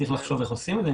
צריך לחשוב איך עושים את זה.